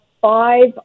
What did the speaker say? five